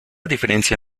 diferencia